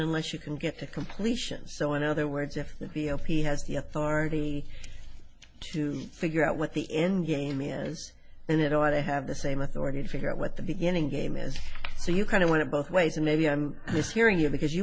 unless you can get the completion so in other words if the g o p has the authority to figure out what the end game is and it ought to have the same authority to figure out what the beginning game is so you kind of want it both ways and maybe i'm just hearing you because you